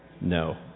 No